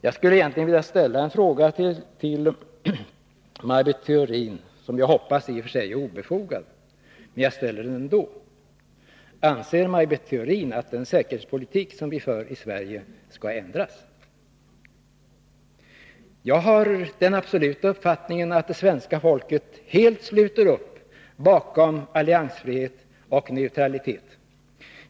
Jag skulle vilja ställa en fråga till Maj Britt Theorin som jag i och för sig hoppas är obefogad — men jag ställer den ändå: Anser Maj Britt Theorin att den säkerhetspolitik som vi för i Sverige skall ändras? Jag har den absoluta uppfattningen att det svenska folket helt sluter upp bakom alliansfrihet och neutralitet.